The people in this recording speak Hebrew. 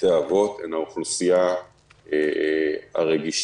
מתנהלים דיונים ומתנהלים תיאומים בין אנשי המטה של משרד הבריאות